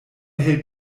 hält